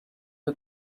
you